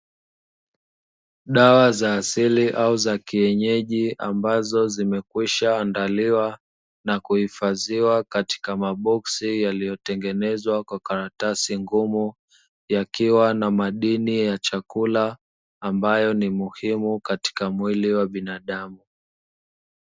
Dawa za asili au za kienyeji ambazo zimekwisha andaliwa na kuhifadhiwa katika maboksi yaliyotengenezwa kwa karatasi ngumu, yakiwa na madini ya chakula ambayo ni muhimu katika mwili wa binadamu.